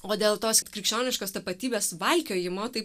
o dėl tos krikščioniškos tapatybės valkiojimo tai